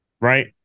right